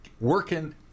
working